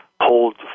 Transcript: hold